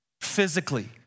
physically